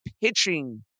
pitching